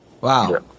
wow